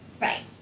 Right